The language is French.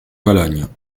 valognes